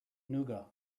nougat